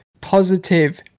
positive